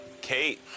Kate